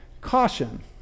caution